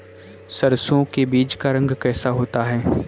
सरसों के बीज का रंग कैसा होता है?